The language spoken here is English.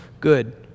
good